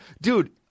dude